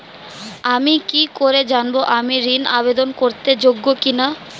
আমি কি করে জানব আমি ঋন আবেদন করতে যোগ্য কি না?